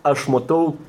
aš matau